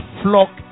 flock